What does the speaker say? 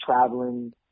traveling